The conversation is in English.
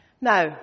Now